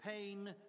pain